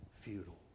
futile